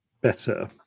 better